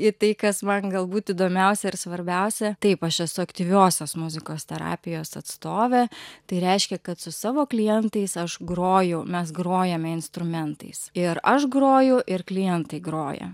ir tai kas man galbūt įdomiausia ir svarbiausia taip aš esu aktyviosios muzikos terapijos atstovė tai reiškia kad su savo klientais aš groju mes grojame instrumentais ir aš groju ir klientai groja